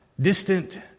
distant